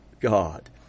God